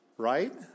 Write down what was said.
right